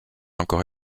encore